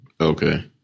okay